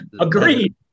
agreed